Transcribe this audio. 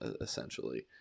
essentially